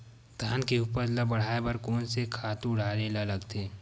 धान के उपज ल बढ़ाये बर कोन से खातु डारेल लगथे?